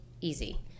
easy